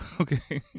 Okay